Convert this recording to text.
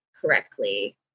correctly